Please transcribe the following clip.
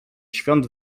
świąt